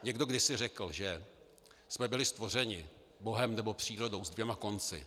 Někdo kdysi řekl, že jsme byli stvořeni Bohem, nebo přírodou, s dvěma konci.